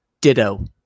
Ditto